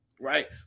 right